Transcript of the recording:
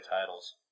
titles